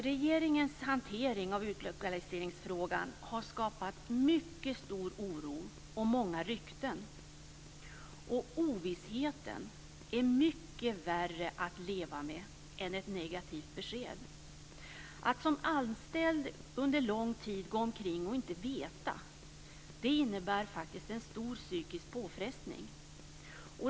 Regeringens hantering av utlokaliseringsfrågan har skapat mycket stor oro och många rykten. Ovissheten är mycket värre att leva med än ett negativt besked. Att som anställd under lång tid gå omkring och inte veta innebär faktiskt en stor psykisk påfrestning.